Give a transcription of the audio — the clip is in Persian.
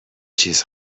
چیز